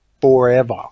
forever